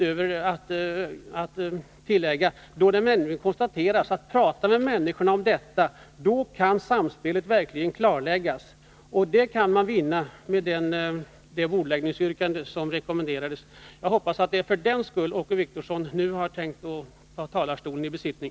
Han föreslog ju en diskussion med människorna om detta. På det sättet kan samspelet verkligen klarläggas. Det kan man uppnå genom det bordläggningsyrkande som rekommenderats. Jag hoppas att det är för den skull som Åke Wictorsson nu tänker ta talarstolen i besittning.